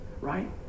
right